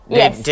yes